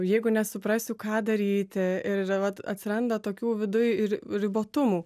jeigu nesuprasiu ką daryti ir vat atsiranda tokių viduj ir ribotumų